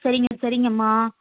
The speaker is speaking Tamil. சரிங்க சரிங்கம்மா